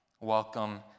welcome